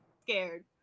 scared